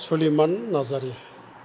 Suleman Narzary